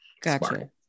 Gotcha